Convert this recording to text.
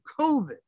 COVID